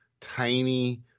tiny